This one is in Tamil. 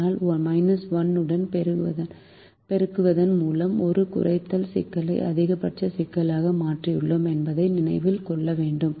ஆனால் 1 உடன் பெருக்குவதன் மூலம் ஒரு குறைத்தல் சிக்கலை அதிகபட்ச சிக்கலாக மாற்றியுள்ளோம் என்பதை நினைவில் கொள்ள வேண்டும்